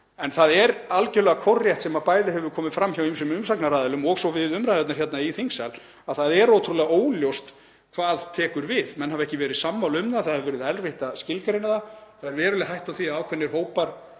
En það er algerlega kórrétt, sem bæði hefur komið fram hjá ýmsum umsagnaraðilum og við umræðurnar hér í þingsal, að það er ótrúlega óljóst hvað tekur við. Menn hafa ekki verið sammála um að það hafi verið erfitt að skilgreina það. Það er veruleg hætta á því að ákveðnir hópar